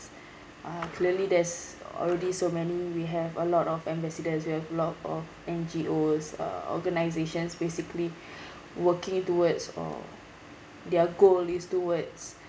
uh clearly there's already so many we have a lot of ambassadors we have a lot of N_G_Os uh organisations basically working towards uh their goal is towards